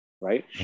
Right